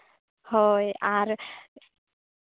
ᱦᱳᱭ ᱟᱨ